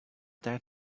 that